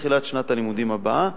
בתחילת שנת הלימודים הבאה.